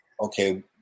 okay